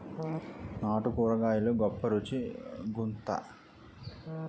నాటు కూరగాయలు గొప్ప రుచి గుంత్తై